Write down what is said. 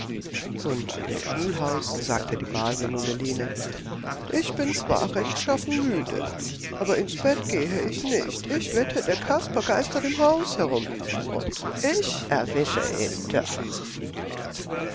und im schulhaus sagte die base mummeline ich bin zwar rechtschaffen müde aber ins bett gehe ich nicht ich wette der kasper geistert im hause herum und ich erwische ihn doch